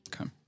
Okay